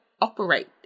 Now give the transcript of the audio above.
operate